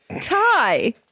Tie